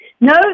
No